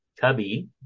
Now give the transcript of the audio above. Cubby